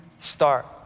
start